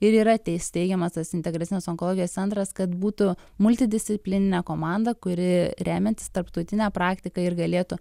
ir yra tai steigiamas tas integracinės onkologijos centras kad būtų multidisciplininė komanda kuri remiantis tarptautine praktika ir galėtų